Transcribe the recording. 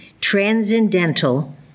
transcendental